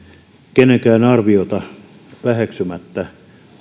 kenenkään arviota väheksymättä